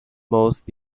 most